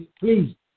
please